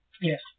Yes